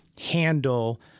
handle